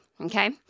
okay